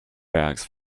bags